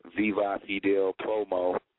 vivafidelpromo